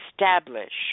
establish